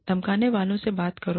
धमकाने वालों से बात करो